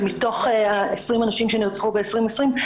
ומתוך 20 הנשים שנרצחו ב-2020,